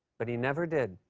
but he never did.